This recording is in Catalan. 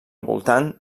voltant